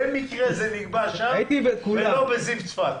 במקרה זה נקבע שם ולא בזיו בצפת.